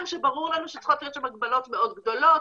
שברור לנו שצריכות להיות שם הגבלות מאוד גדולות,